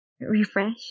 Refresh